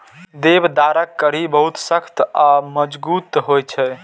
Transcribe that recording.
देवदारक कड़ी बहुत सख्त आ मजगूत होइ छै